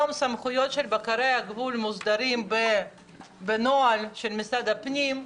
סמכויות של בקרי הגבול מוסדרות היום בנוהל של משרד הפנים,